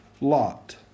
Lot